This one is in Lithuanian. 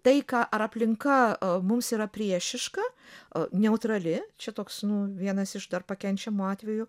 tai ką ar aplinka a mums yra priešiška a neutrali čia toks nu vienas iš dar pakenčiamų atvejų